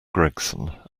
gregson